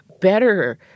Better